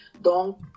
Donc